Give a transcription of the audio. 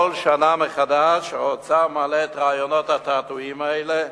כל שנה מחדש האוצר מעלה את רעיונות התעתועים האלה,